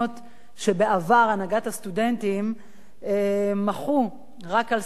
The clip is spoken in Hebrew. שבעבר הנהגות הסטודנטים מחו רק על שכר הלימוד,